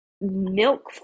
milk